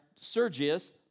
Sergius